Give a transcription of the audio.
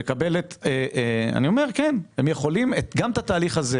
אני יכול לתת הלוואה